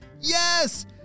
Yes